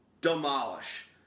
Demolish